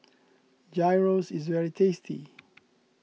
Gyros is very tasty